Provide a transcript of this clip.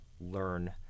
learn